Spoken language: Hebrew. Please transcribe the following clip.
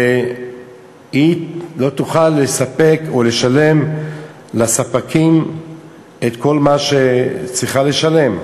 והיא לא תוכל לספק או לשלם לספקים את כל מה שהיא צריכה לשלם.